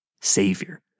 Savior